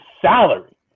salary